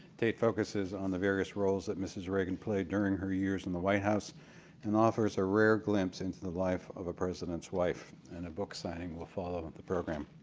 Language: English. tate focuses on the various roles that mrs. reagan played during her years in the white house and offers a rare glimpse into the life of a president's wife. and a book signing will follow the program.